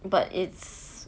but it's